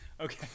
okay